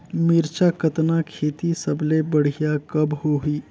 मिरचा कतना खेती सबले बढ़िया कब होही?